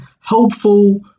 hopeful